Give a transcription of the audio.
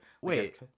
wait